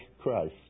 Christ